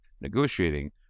negotiating